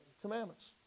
commandments